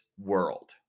world